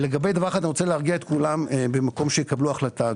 לגבי דבר אחד אני רוצה להרגיע את כולם במקום שיקבלו החלטה.